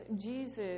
Jesus